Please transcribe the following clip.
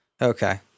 Okay